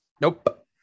Nope